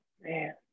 man